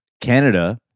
Canada